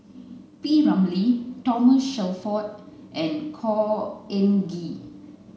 P Ramlee Thomas Shelford and Khor Ean Ghee